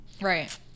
Right